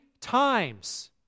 times